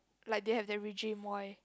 like they have their regime why